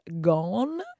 gone